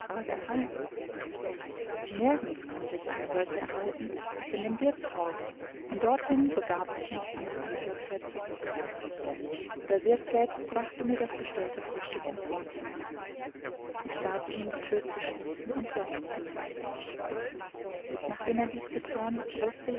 erhalten nirgends konnte ich eine solche erhalten als in dem wirtshause und dorthin begab ich mich denn nach einiger zeit zurück der wirt selbst brachte mir das bestellte frühstück ins wohnzimmer ich bat ihn die thür zu schließen und platz zu nehmen nachdem er dies gethan wußte